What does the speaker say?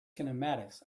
kinematics